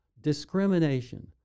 discrimination